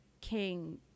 king